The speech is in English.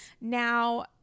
now